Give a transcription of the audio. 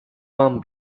palm